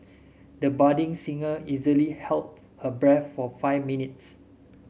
the budding singer easily held her breath for five minutes